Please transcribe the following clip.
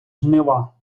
жнива